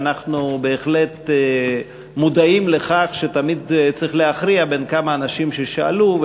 אנחנו בהחלט מודעים לכך שתמיד צריך להכריע בין כמה אנשים ששאלו,